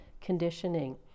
conditioning